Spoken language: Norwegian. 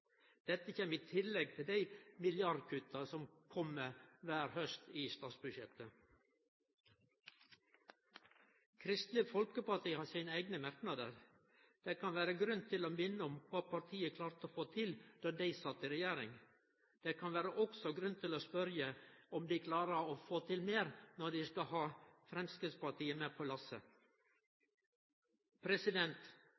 Dette kjem i tillegg til dei milliardkutta som kjem kvar haust i statsbudsjettet. Kristeleg Folkeparti har sine eigne merknader. Det kan vere grunn til å minne om kva partiet klarte å få til då dei sat i regjering. Det kan òg vere grunn til å spørje om dei klarer å få til meir når dei skal ha Framstegspartiet med på